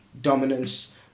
dominance